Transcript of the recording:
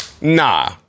nah